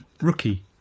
rookie